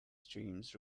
streams